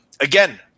Again